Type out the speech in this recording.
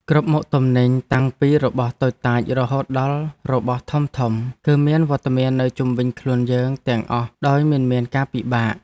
គ្រប់មុខទំនិញតាំងពីរបស់តូចតាចរហូតដល់របស់ធំៗ គឺមានវត្តមាននៅជុំវិញខ្លួនយើងទាំងអស់ដោយមិនមានការពិបាក។